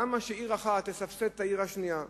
למה שעיר אחת תסבסד את העיר השנייה?